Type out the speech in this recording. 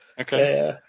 Okay